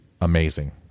amazing